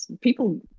people